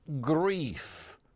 grief